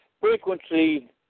frequency